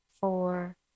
four